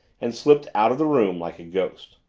and slipped out of the room like a ghost.